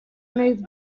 move